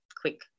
quick